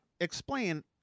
explain